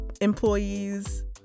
employees